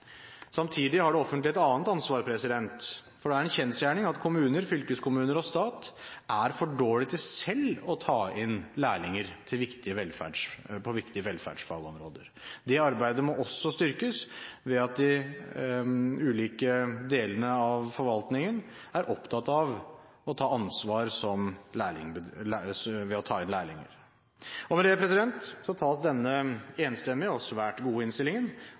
Samtidig har det offentlige et annet ansvar, for det er en kjensgjerning at kommuner, fylkeskommuner og stat er for dårlig til selv å ta inn lærlinger på viktige velferdsfagområder. Det arbeidet må også styrkes ved at de ulike delene av forvaltningen er opptatt av å ta ansvar ved å ta inn lærlinger. Med det tas denne enstemmige og svært gode innstillingen